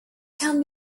can